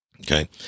okay